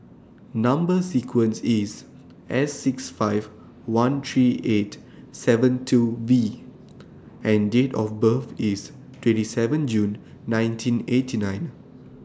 Number sequence IS S six five one three eight seven two V and Date of birth IS twenty seven June nineteen eighty nine